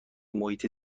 محیط